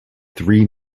three